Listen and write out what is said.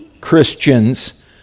Christians